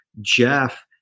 Jeff